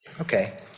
Okay